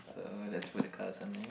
so let's put the cards